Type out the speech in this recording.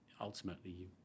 ultimately